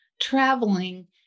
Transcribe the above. traveling